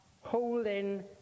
holding